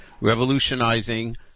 revolutionizing